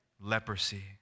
Leprosy